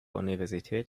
universität